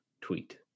tweet